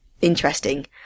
interesting